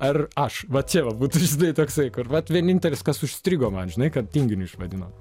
ar aš va čia va būtų žinai toksai kur vat vienintelis kas užstrigo man žinai kad tinginiu išvadino